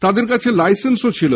তাঁদের কাছে লাইসেন্সও ছিলো